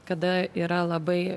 kada yra labai